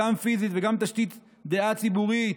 גם פיזית וגם תשתית דעה ציבורית,